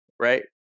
right